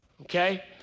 okay